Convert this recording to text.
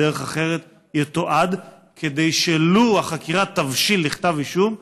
בדרך אחרת יתועד כדי שלו החקירה תבשיל לכתב אישום,